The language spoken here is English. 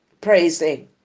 praising